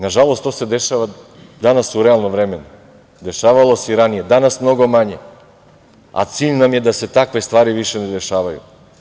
Nažalost, to se dešava danas u realnom vremenu, dešavalo se i ranije, danas mnogo manje, a cilj nam je da se takve stvari više ne dešavaju.